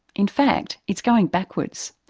in fact it's going backwards.